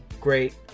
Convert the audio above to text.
great